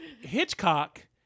Hitchcock